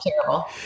terrible